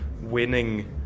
winning